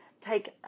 take